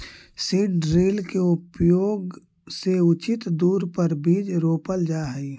seed drill के उपयोग से उचित दूरी पर बीज रोपल जा हई